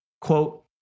quote